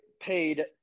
paid